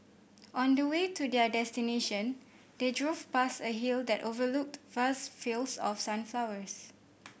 on the way to their destination they drove past a hill that overlooked vast fields of sunflowers